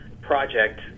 project